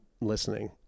listening